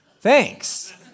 Thanks